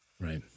Right